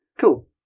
Cool